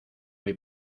muy